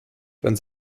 dann